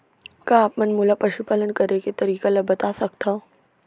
का आप मन मोला पशुपालन करे के तरीका ल बता सकथव?